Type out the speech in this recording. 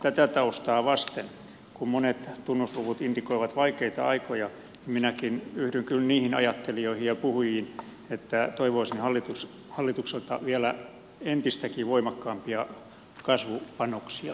tätä taustaa vasten kun monet tunnusluvut indikoivat vaikeita aikoja minäkin yhdyn kyllä niihin ajattelijoihin ja puhujiin jotka toivoisivat hallitukselta vielä entistäkin voimakkaampia kasvupanoksia